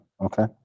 okay